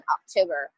October